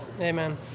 Amen